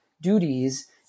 duties